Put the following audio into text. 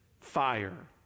fire